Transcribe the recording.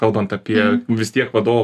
kalbant apie vis tiek vadovo